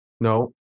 No